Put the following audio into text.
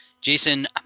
Jason